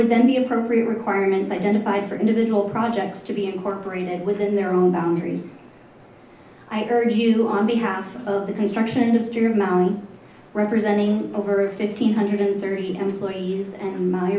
would then be appropriate requirements identified for individual projects to be incorporated within their own boundary either you on behalf of the construction industry or maui representing over fifteen hundred and thirty employees and my